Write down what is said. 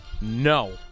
No